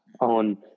on